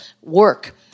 work